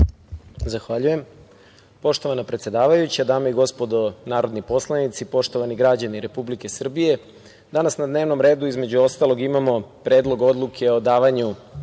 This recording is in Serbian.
Zahvaljujem. Poštovana predsedavajuća, dame i gospodo narodni poslanici, poštovani građani Republike Srbije, danas na dnevnom redu, između ostalog, imamo i Predlog odluke o davanju